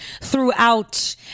throughout